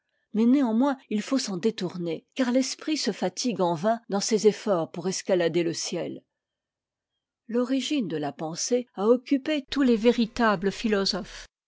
mais néanmoins il faut s'en détourner car l'esprit se fatigue en vain dans ces efforts pour escalader le ciel l'origine de la pensée a occupé tous les véritables philosophes